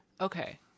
Okay